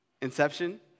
Inception